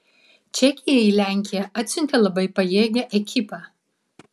čekija į lenkiją atsiuntė labai pajėgią ekipą